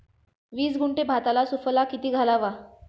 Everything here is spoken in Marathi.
वीस गुंठे भाताला सुफला किती घालावा?